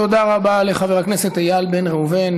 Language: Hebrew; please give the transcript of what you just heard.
תודה רבה לחבר הכנסת איל בן ראובן.